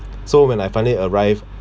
so when I finally arrived